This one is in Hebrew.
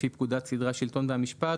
לפי פקודת סדרי השלטון והמשפט,